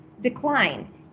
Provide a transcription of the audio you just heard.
decline